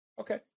Okay